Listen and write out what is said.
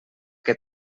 que